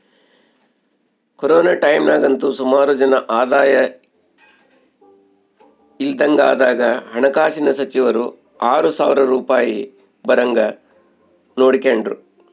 corona ಟೈಮ್ನಾಗಂತೂ ಸುಮಾರು ಜನ ಆದಾಯ ಇಲ್ದಂಗಾದಾಗ ಹಣಕಾಸಿನ ಸಚಿವರು ಆರು ಸಾವ್ರ ರೂಪಾಯ್ ಬರಂಗ್ ನೋಡಿಕೆಂಡ್ರು